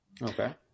Okay